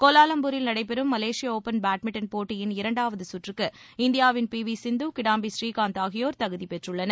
கோலாலம்பூரில் நடைபெறும் மலேசிய ஒபன் பேட்மின்டன் போட்டியின் இரண்டாவது கற்றுக்கு இந்தியாவின் பி வி சிந்து கிடாம்பி ஸ்ரீகாந்த் ஆகியோர் தகுதி பெற்றுள்ளனர்